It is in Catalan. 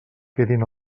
quedin